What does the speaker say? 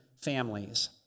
families